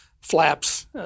flaps